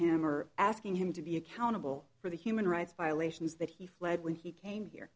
him or asking him to be accountable for the human rights violations that he fled when he came here